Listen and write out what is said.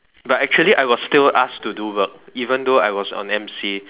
but actually I was still asked to do work even though I was on M_C